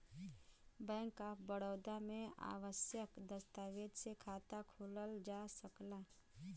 bank of Baroda में आवश्यक दस्तावेज से खाता खोलल जा सकला